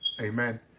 Amen